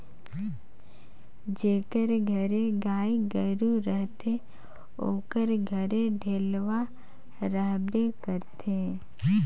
जेकर घरे गाय गरू रहथे ओकर घरे डेलवा रहबे करथे